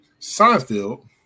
Seinfeld